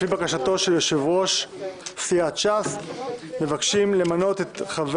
לפי בקשתו של יושב-ראש סיעת ש"ס מבקשים למנות את חבר